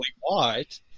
white